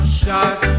shots